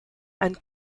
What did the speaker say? and